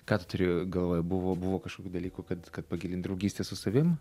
ką tu turi galvoj buvo buvo kažkokių dalykų kad kad pagilint draugystę su savim